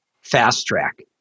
fast-track